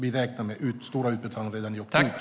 Vi räknar med stora utbetalningar redan i oktober.